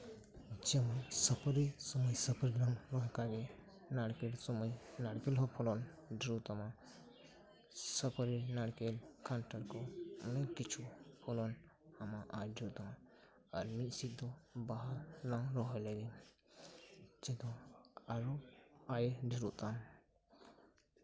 ᱟᱪᱪᱷᱟ ᱥᱩᱯᱟᱹᱨᱤ ᱥᱚᱢᱚᱥᱥᱟ ᱠᱚᱫᱚ ᱚᱢᱱᱠᱟᱜᱮ ᱱᱟᱲᱠᱮᱞ ᱥᱚᱢᱚᱭ ᱱᱟᱲᱠᱮᱞ ᱦᱚᱸ ᱯᱷᱚᱞᱚᱱ ᱦᱩᱭᱩᱜ ᱛᱟᱢᱟ ᱥᱩᱯᱟᱨᱤ ᱱᱟᱲᱠᱮᱞ ᱠᱟᱱᱴᱷᱟᱲ ᱠᱚ ᱡᱚᱜ ᱛᱟᱢᱟ ᱟᱨ ᱢᱤᱫ ᱥᱮᱫ ᱫᱚ ᱵᱟᱦᱟ ᱞᱟᱝ ᱨᱚᱦᱚᱭ ᱞᱮᱜᱮ ᱡᱟᱛᱮ ᱟᱨᱚ ᱟᱭ ᱰᱷᱮᱨᱚᱜ ᱛᱟᱢ